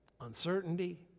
uncertainty